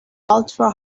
ultra